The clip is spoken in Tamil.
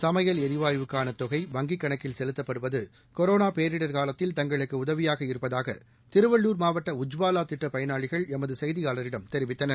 சமையல் ளிவாயுவுக்கான தொகை வங்கிக் கணக்கில் செலுத்தப்படுவது கொரோனா பேரிடர் காலத்தில் தங்களுக்கு உதவியாக இருப்பதாக திருவள்ளூர் மாவட்ட உஜ்வாவா திட்ட பயனாளிகள் எமது செய்தியாளரிடம் தெரிவித்தனர்